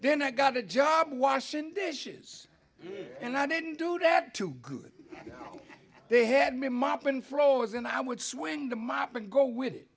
then i got a job washing dishes and i didn't do that too good now they had me mopping floors and i would swing them up and go with it